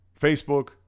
Facebook